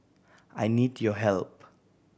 I need your help